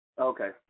Okay